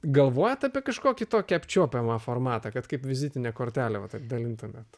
galvojat apie kažkokį tokį apčiuopiamą formatą kad kaip vizitinę kortelę va taip dalintumėt